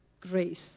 grace